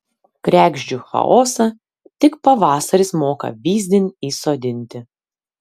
kregždžių chaosą tik pavasaris moka vyzdin įsodinti